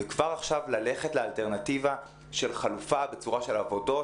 וכבר עכשיו ללכת לאלטרנטיבה של חלופה בצורה של עבודות,